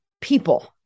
people